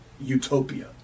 utopia